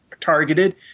targeted